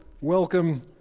welcome